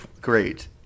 great